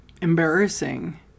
embarrassing